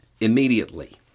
immediately